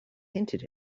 hinted